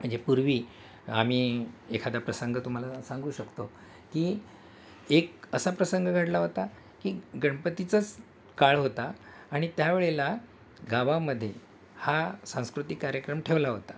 म्हणजे पूर्वी आम्ही एखादा प्रसंग तुम्हाला सांगू शकतो की एक असा प्रसंग घडला होता की गणपतीचाच काळ होता आणि त्यावेळेला गावामध्ये हा सांस्कृतिक कार्यक्रम ठेवला होता